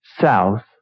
South